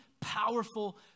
powerful